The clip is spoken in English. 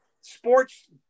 sports